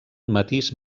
matís